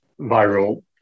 viral